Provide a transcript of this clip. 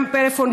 גם פלאפון,